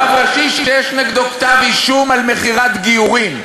רב ראשי שיש נגדו כתב-אישום על מכירת גיורים.